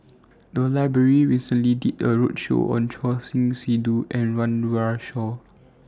The Library recently did A roadshow on Choor Singh Sidhu and Run Run Shaw